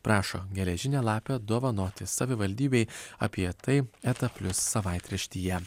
prašo geležinę lapę dovanoti savivaldybei apie tai eta plius savaitraštyje